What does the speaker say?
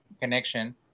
connection